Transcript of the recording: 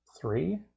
three